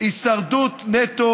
הישרדות נטו